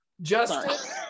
Justin